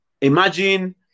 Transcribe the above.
Imagine